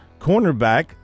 cornerback